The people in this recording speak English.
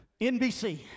NBC